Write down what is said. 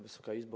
Wysoka Izbo!